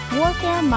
Warfare